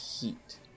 heat